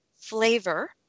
flavor